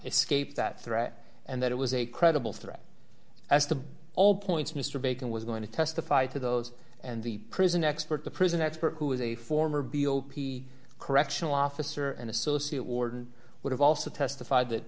escape that threat and that it was a credible threat as to all points mr bacon was going to testify to those and the prison expert the prison expert who is a former b o p correctional officer an associate warden would have also testified that